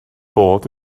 bod